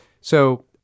So-